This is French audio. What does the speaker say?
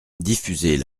diffuser